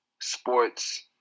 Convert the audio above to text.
sports